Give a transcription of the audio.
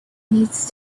needs